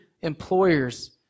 employers